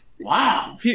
Wow